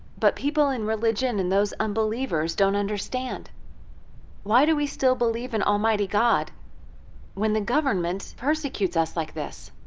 but people in religion and those unbelievers don't understand why do we still believe in almighty god when the government persecutes us like this?